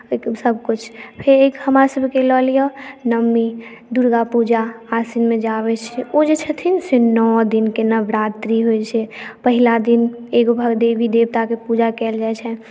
ओ सभकिछु फेर एक हमरासभके लऽ लिअ नवमी दुर्गा पूजा आसिनमे जे आबैत छै ओ जे छथिन से नओ दिनके नवरात्रि होइत छै पहिला दिन एगो भग देवी देवताके पूजा कयल जाइत छनि